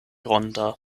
ronda